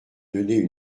donner